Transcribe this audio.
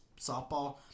softball